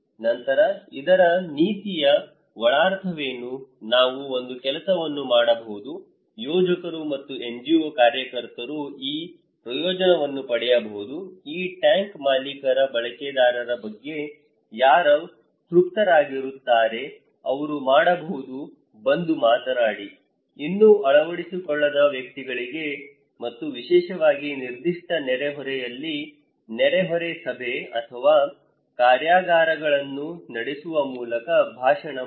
ನಂತರ ಇದರ ನೀತಿಯ ಒಳಾರ್ಥವೇನು ನಾವು ಒಂದು ಕೆಲಸವನ್ನು ಮಾಡಬಹುದು ಯೋಜಕರು ಮತ್ತು NGO ಕಾರ್ಯಕರ್ತರು ಈ ಪ್ರಯೋಜನವನ್ನು ಪಡೆಯಬಹುದು ಈ ಟ್ಯಾಂಕ್ ಮಾಲೀಕರ ಬಳಕೆದಾರರ ಬಗ್ಗೆ ಯಾರು ತೃಪ್ತರಾಗುತ್ತಾರೆ ಅವರು ಮಾಡಬಹುದು ಬಂದು ಮಾತನಾಡಿ ಇನ್ನೂ ಅಳವಡಿಸಿಕೊಳ್ಳದ ವ್ಯಕ್ತಿಗಳಿಗೆ ಮತ್ತು ವಿಶೇಷವಾಗಿ ನಿರ್ದಿಷ್ಟ ನೆರೆಹೊರೆಯಲ್ಲಿ ನೆರೆಹೊರೆ ಸಭೆ ಅಥವಾ ಕಾರ್ಯಾಗಾರಗಳನ್ನು ನಡೆಸುವ ಮೂಲಕ ಭಾಷಣ ಮಾಡಿ